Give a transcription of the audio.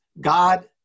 God